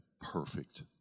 perfect